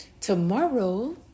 tomorrow